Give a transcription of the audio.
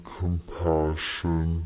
compassion